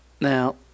Now